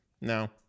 No